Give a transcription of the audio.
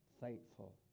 faithful